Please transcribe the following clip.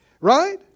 Right